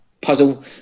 puzzle